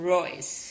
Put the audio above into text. Royce